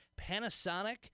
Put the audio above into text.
Panasonic